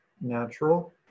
natural